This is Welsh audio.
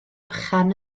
bychan